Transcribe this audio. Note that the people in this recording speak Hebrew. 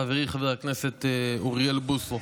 חברי חבר הכנסת אוריאל בוסו,